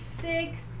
six